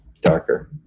darker